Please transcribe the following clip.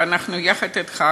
ואנחנו יחד אתך,